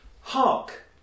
Hark